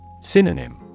Synonym